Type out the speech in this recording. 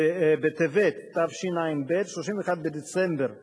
בטבת התשע"ב, 31 בדצמבר 2011,